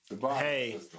Hey